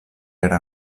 era